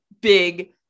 big